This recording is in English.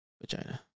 vagina